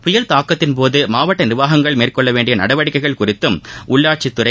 புயல் தாக்கத்தின் போது மாவட்ட நிர்வாகங்கள் மேற்கொள்ள வேண்டிய நடவடிக்கைகள் குறித்தும் உள்ளாட்சித்துறை